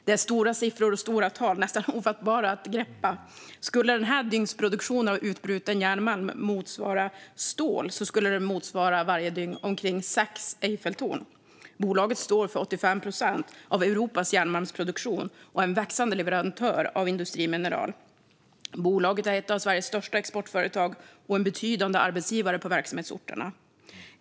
Det är stora siffror och tal, nästan ofattbara att greppa. Om dygnsproduktionen av utbruten järnmalm motsvarade stål skulle det varje dygn bli omkring sex Eiffeltorn. Bolaget står för 85 procent av Europas järnmalmsproduktion och är en växande leverantör av industrimineral. Bolaget är ett av Sveriges största exportföretag och en betydande arbetsgivare på verksamhetsorterna.